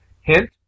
Hint